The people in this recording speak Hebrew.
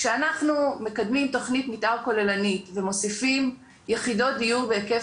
כשאנחנו מקדמים תכנית מתאר כוללנית ומוסיפים יחידות דיור בהיקף